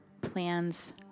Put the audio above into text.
Plans